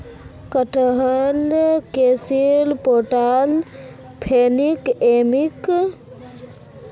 कटहलत calcium potassium iron folic acid magnesium आदि ह छे